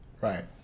Right